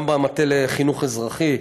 גם במטה לחינוך אזרחי,